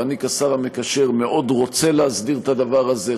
אני כשר המקשר מאוד רוצה להסדיר את הדבר הזה,